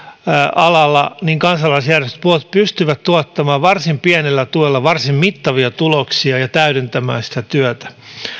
alalla kansalaisjärjestöt pystyvät tuottamaan varsin pienellä tuella varsin mittavia tuloksia ja täydentämään sitä työtä